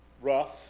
rough